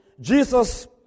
Jesus